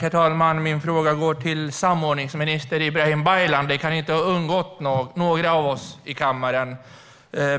Herr talman! Min fråga går till samordningsminister Ibrahim Baylan. Problemen i utanförskapsområden och särskilt utsatta områden kan inte ha undgått några av oss i kammaren. Det